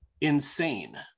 insane